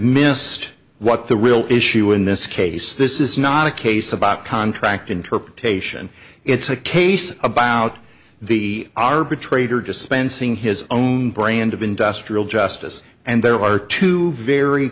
missed what the real issue in this case this is not a case about contract interpretation it's a case about the arbitrator dispensing his own brand of industrial justice and there are two very